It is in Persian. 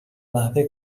نحوه